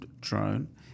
drone